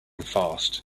fast